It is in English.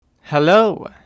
Hello